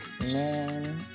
man